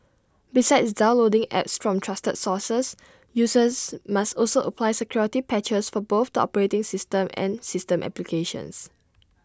besides downloading apps from trusted sources users must also apply security patches for both the operating system and system applications